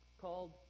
called